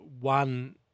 One